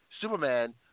Superman